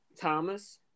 Thomas